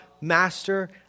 master